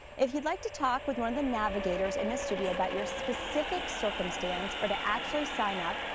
if you'd like to talk with one of the navigators in the studio about your specific circumstance or to actually sign up,